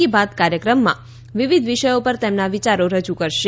કી બાત કાર્યક્રમમાં વિવિધ વિષયો પર તેમના વિયારો રજૂ કરશે